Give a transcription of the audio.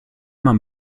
man